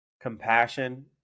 compassion